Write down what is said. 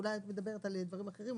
אולי את מדברת על דברים אחרים,